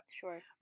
Sure